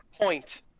point